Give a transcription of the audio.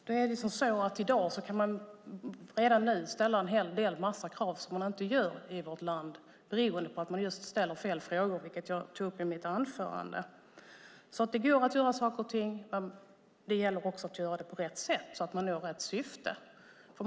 Fru talman! Redan nu går det att ställa en hel del krav som inte sker i vårt land, vilket beror på att fel frågor ställs. Det var något jag tog upp i mitt anförande. Det går att göra saker och ting på ett riktigt sätt så att rätt syfte nås.